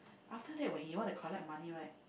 after that when he want to collect money right